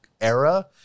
era